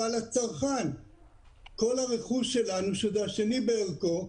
כל הרכוש שלנו, שהוא השני בערכו,